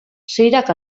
seirak